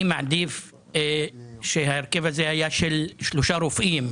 אני מעדיף שההרכב הזה היה של שלושה רופאים,